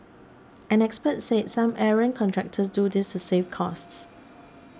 an expert said some errant contractors do this to save costs